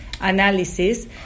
Analysis